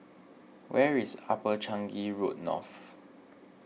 where is Upper Changi Road North